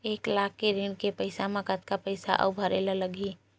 एक लाख के ऋण के पईसा म कतका पईसा आऊ भरे ला लगही?